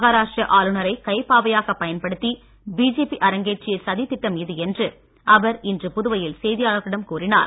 மஹாராஷ்டிரா ஆளுநரை கைப்பாவையாகப் பயன்படுத்தி பிஜேபி அரேங்கேற்றிய சதித்திட்டம் இது என்று அவர் இன்று புதுவையில் செய்தியாளர்களிடம் கூறினார்